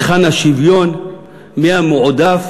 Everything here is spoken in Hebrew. היכן השוויון, מי המועדף